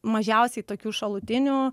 mažiausiai tokių šalutinių